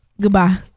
Goodbye